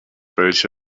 welche